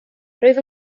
rwyf